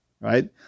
right